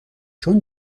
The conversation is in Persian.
چون